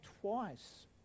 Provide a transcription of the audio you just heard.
twice